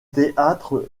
théâtre